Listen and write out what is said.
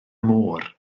môr